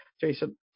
Jason